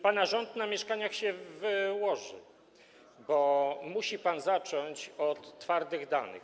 Pana rząd na mieszkaniach się wyłoży, bo musi pan zacząć od twardych danych.